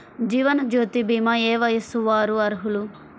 జీవనజ్యోతి భీమా ఏ వయస్సు వారు అర్హులు?